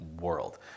world